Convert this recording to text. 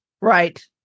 Right